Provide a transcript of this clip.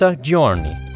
giorni